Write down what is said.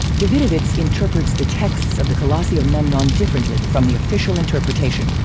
davidovits interprets the texts of the colossi of memnon differently from the official interpretation.